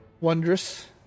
Wondrous